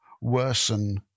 worsen